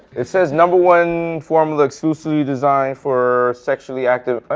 it says, number one formula exclusively designed for sexually active oh,